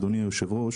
אדוני היושב-ראש